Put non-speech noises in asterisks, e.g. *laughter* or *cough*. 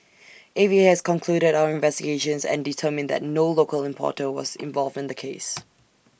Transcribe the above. A V A has concluded our investigations and determined that no local importer was involved in the case *noise*